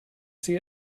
see